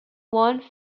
one